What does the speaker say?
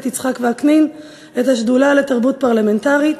יצחק וקנין את השדולה לתרבות פרלמנטרית,